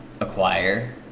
acquire